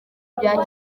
bya